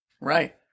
Right